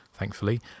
thankfully